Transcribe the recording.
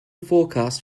forecast